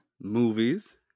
Movies